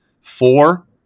four